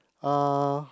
uh